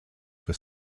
for